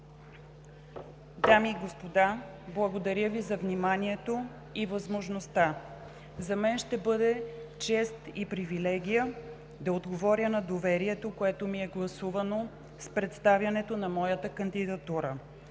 Дами и господа, благодаря Ви за вниманието и възможността. За мен ще бъде чест и привилегия да отговоря на доверието, което ми е гласувано с представянето на моята кандидатура.